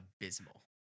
abysmal